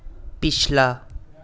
पिछला